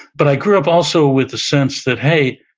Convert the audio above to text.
but i grew up also with the sense that, hey,